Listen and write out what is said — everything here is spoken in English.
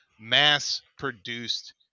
mass-produced